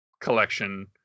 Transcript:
collection